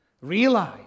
realize